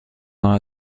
law